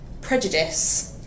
Prejudice